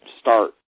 start